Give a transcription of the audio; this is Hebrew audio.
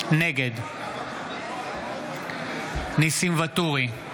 נגד ניסים ואטורי,